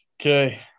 okay